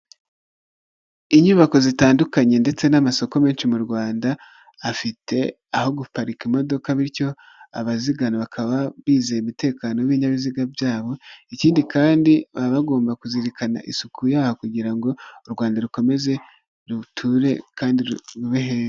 Utubati twiza dushyashya bari gusiga amarangi ukaba wadukoresha ubikamo ibintu yaba imyenda, ndetse n'imitako.